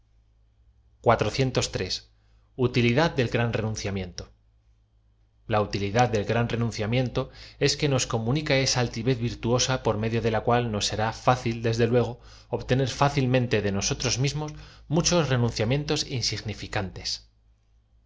conciencia del gran renunciamiento l a utilidad del gran renunciamiento es que nos co munica esa altivez virtuosa por medio de la cual nos será fácil desde luego obtener fácilmente de nosotros mismos muchos renunciamientos insignificantes